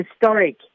historic